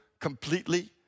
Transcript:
completely